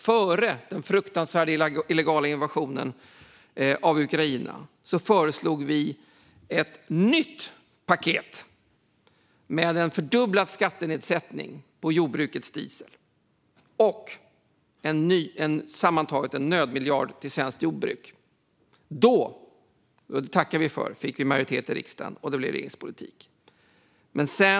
Före den fruktansvärda illegala invasionen av Ukraina föreslog vi ett nytt paket med en fördubblad skattenedsättning på jordbrukets diesel och en nödmiljard till svenskt jordbruk. Då fick vi majoritet i riksdagen, och det blev regeringspolitik. Det tackar vi för.